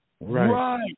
right